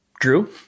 Drew